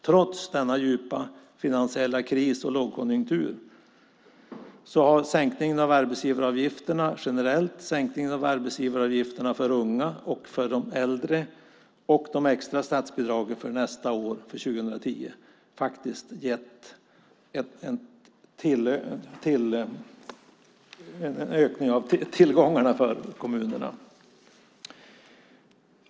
Trots denna finansiella kris och lågkonjunktur har sänkningen av arbetsgivaravgifterna generellt, sänkningen av arbetsgivaravgifterna för unga och för de äldre och de extra statsbidragen för 2010 gett en ökning av tillgångarna för kommunerna.